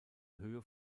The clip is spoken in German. höhe